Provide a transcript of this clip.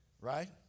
Right